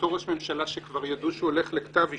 אותו ראש ממשלה שכבר ידעו שהולך לכתב אישום,